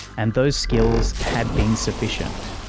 and those skills had been sufficient.